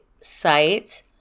site